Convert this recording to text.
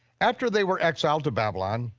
after they were exiled to babylon,